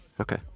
Okay